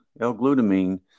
L-glutamine